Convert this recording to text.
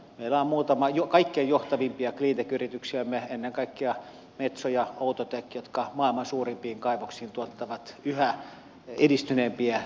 meillä on muutamia kaikkein johtavimpia cleantech yrityksiämme ennen kaikkea metso ja outotec jotka maailman suurimpiin kaivoksiin tuottavat yhä edistyneempiä teknologisia ratkaisuja